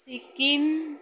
Sikkim